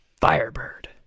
Firebird